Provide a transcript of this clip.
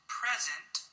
present